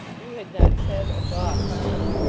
hugh had not said or thought of saying,